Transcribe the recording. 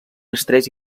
estrès